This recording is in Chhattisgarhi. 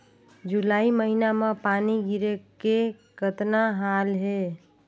जुलाई महीना म पानी गिरे के कतना हाल हे?